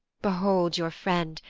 behold your friend,